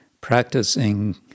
practicing